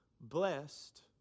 blessed